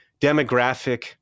demographic